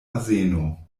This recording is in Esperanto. azeno